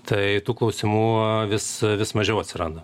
tai tų klausimų vis vis mažiau atsiranda